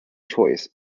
choice